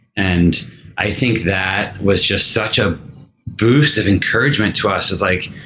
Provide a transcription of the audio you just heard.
and i think that was just such a boost of encouragement to us like,